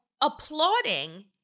applauding